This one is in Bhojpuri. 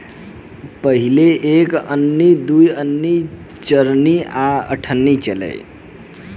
पहिले एक अन्नी, दू अन्नी, चरनी आ अठनी चलो